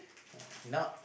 uh not